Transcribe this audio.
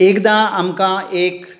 एकदां आमकां एक